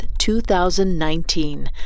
2019